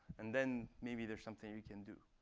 and then maybe there's something you can do.